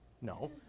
No